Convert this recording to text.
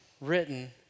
written